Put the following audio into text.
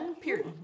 period